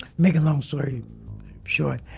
make a long story short,